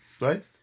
right